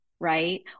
right